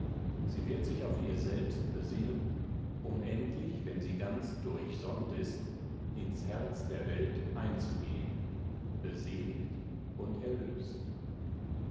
sie wird sich auf ihr selbst be sinnen um endlich wenn sie ganz durchsonnt ist ins herz der welt einzugehen beseligt und erlöst